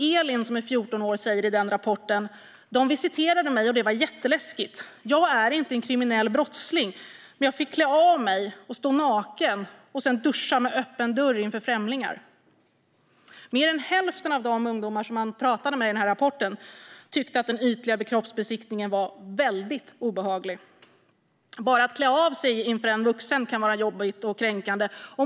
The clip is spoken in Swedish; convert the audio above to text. Elin, som är 14 år, säger i den rapporten: De visiterade mig, och det var jätteläskigt. Jag är inte en kriminell brottsling, men jag fick klä av mig och stå naken och sedan duscha med öppen dörr inför främlingar. Mer än hälften av de ungdomar som man pratade med tyckte, enligt denna rapport, att den ytliga kroppsbesiktningen var väldigt obehaglig. Bara att klä av sig inför en vuxen kan vara jobbigt och kränkande.